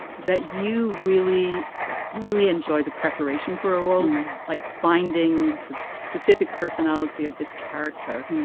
that you really you really enjoy the preparation for a role like finding the specific personality of this character.